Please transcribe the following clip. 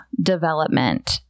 development